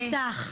ציטטנו כבר.